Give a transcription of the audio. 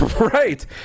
Right